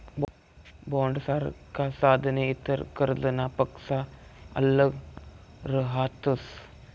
बॉण्डसारखा साधने इतर कर्जनापक्सा आल्लग रहातस